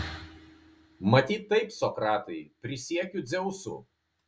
matyt taip sokratai prisiekiu dzeusu